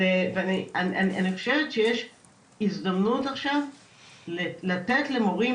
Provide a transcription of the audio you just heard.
אני חושבת שיש הזדמנות עכשיו לתת למורים